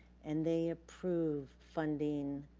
and they approved funding,